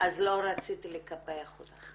אז לא רציתי לקפח אותך.